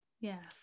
Yes